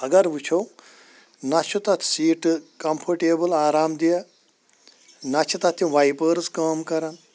اگر وٕچھو نہ چھُ تَتھ سیٖٹہٕ کَمفوٹیبٕل آرام دِٮ۪ہہ نہ چھِ تَتھ تِم وایپٲرٕس کٲم کَران